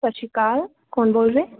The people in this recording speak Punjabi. ਸਤਿ ਸ਼੍ਰੀ ਅਕਾਲ ਕੌਣ ਬੋਲ ਰਹੇ